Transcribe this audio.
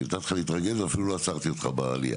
אני נתתי לך להתרגז ואפילו לא עצרתי אותך בעלייה.